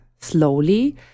slowly